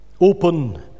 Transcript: open